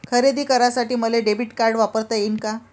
खरेदी करासाठी मले डेबिट कार्ड वापरता येईन का?